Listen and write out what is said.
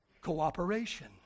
cooperation